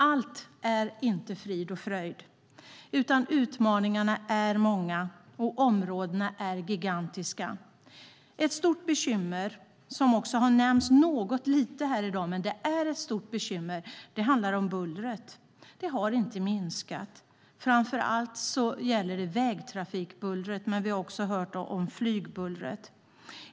Allt är dock inte frid och fröjd. Utmaningarna är många och områdena gigantiska. Ett stort bekymmer, som har nämnts något lite här i dag, är bullret. Det har inte minskat. Det gäller framför allt vägtrafikbullret, men vi har också hört om flygbullret.